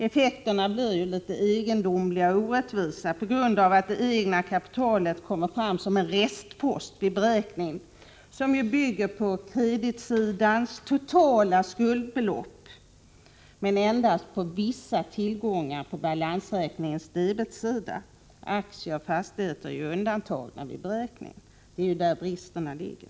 Effekterna blir egendomliga och orättvisa på grund av att det egna kapitalet kommer fram som en restpost vid beräkningar som bygger på kreditsidans totala skuldbelopp men endast på vissa av tillgångarna på balansräkningens debetsida — aktier och fastigheter är ju undantagna vid beräkningarna, och det är där bristerna ligger.